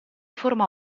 forma